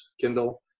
kindle